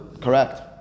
Correct